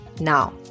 Now